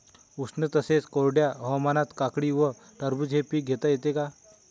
उष्ण तसेच कोरड्या हवामानात काकडी व टरबूज हे पीक घेता येते का?